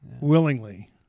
willingly